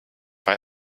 bei